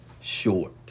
short